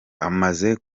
amaze